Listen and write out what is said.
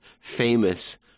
Famous